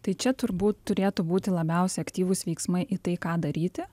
tai čia turbūt turėtų būti labiausiai aktyvūs veiksmai į tai ką daryti